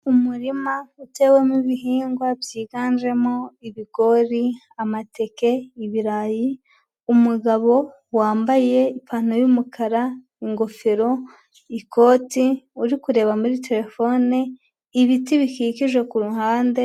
Umurima utewemo ibihingwa byiganjemo ibigori, amateke, ibirayi, umugabo wambaye ipantaro y'umukara, ingofero, ikoti, uri kureba muri terefone, ibiti bikikije ku ruhande.